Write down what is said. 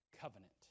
covenant